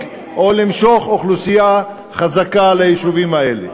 או למשוך אוכלוסייה חזקה ליישובים האלה.